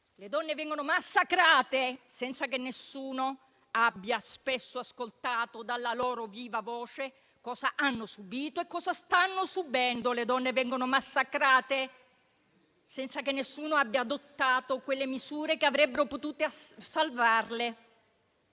Le donne vengono massacrate, senza che nessuno spesso abbia ascoltato dalla loro viva voce cosa hanno subito e cosa stanno subendo. Le donne vengono massacrate, senza che nessuno abbia adottato le misure che avrebbero potuto salvarle.